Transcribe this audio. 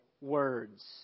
words